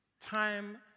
Time